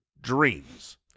dreams